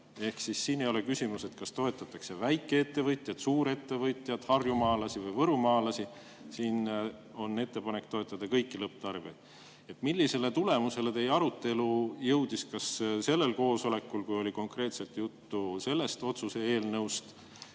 Siin ei ole küsimus, kas toetatakse väikeettevõtjaid, suurettevõtjaid, harjumaalasi või võrumaalasi, siin on ettepanek toetada kõiki lõpptarbijaid. Millisele tulemusele teie arutelu jõudis? Kas sellel koosolekul, kui oli konkreetselt juttu sellest otsuse eelnõust,